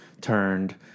turned